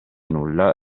nulla